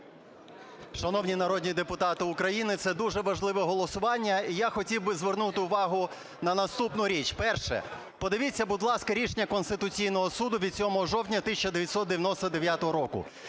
Шановні народні депутати України, це дуже важливе голосування. І я хотів би звернути увагу на наступну річ. Перше. Подивіться, будь ласка, Рішення Конституційного Суду від 7 жовтня 1999 року,